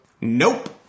nope